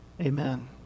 amen